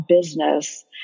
business